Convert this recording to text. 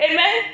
Amen